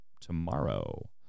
Tomorrow